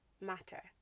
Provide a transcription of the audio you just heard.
matter